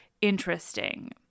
interesting